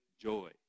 joy